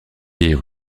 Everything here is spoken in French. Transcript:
vieille